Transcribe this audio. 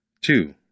Two